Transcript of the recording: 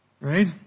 Right